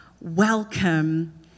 welcome